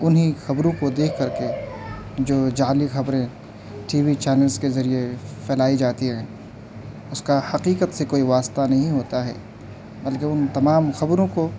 انہیں خبروں کے دیکھ کر کے جو جعلی خبریں ٹی وی چینلز کے ذریعہ پھیلائی جاتی ہیں اس کا حقیقت سے کوئی واسطہ نہیں ہوتا ہے بلکہ ان تمام خبروں کو